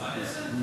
מה אני אעשה?